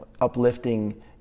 uplifting